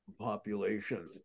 population